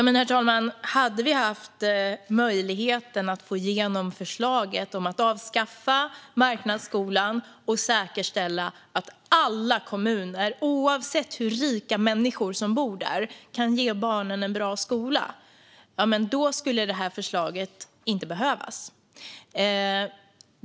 Herr talman! Hade vi haft möjlighet att få igenom förslaget om att avskaffa marknadsskolan och säkerställa att alla kommuner, oavsett hur många rika människor som bor där, kan ge barnen en bra skola skulle detta förslag inte behövas.